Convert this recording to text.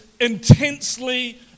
intensely